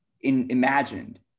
imagined